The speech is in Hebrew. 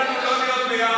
זה מה שאתם עושים.